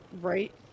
Right